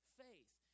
faith